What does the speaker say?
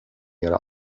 ihrer